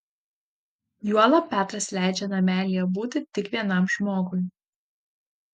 juolab petras leidžia namelyje būti tik vienam žmogui